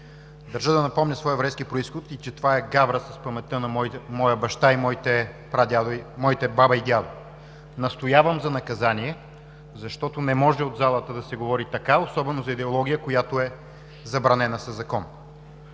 Държа да напомня своя еврейски произход и че това е гавра с паметта на моя баща и на моите баба и дядо. Настоявам за наказание, защото не може от залата да се говори така, особено за идеология, която е забранена със закон.